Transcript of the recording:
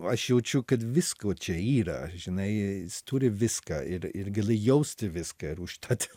aš jaučiu kad visko čia yra žinai jis turi viską ir ir gali jausti viską ir užtat